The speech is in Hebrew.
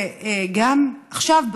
וגם עכשיו,